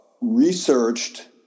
researched